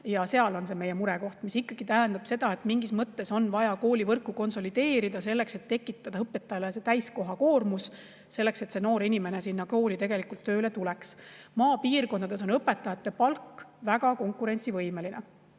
See on see murekoht. See ikkagi tähendab seda, et mingis mõttes on vaja koolivõrku konsolideerida, et tekitada õpetajatele täiskoormust, selleks et noor inimene sinna kooli üldse tööle läheks. Maapiirkondades on õpetajate palk väga konkurentsivõimeline.